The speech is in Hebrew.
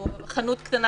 חנות קטנה,